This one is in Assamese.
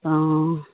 অঁ